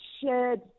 shared